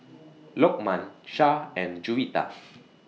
Lokman Shah and Juwita